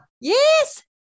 Yes